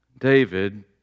David